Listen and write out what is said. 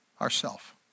ourself